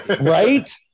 right